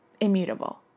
immutable